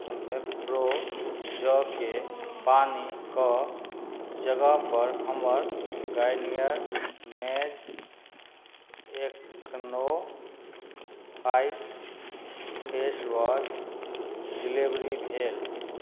मेप्रो जौके पानिके जगहपर हमर Garnier men's AcnoFight face wash delivery भेल